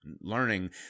learning